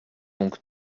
donc